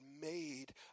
made